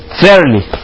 fairly